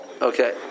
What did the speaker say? Okay